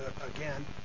again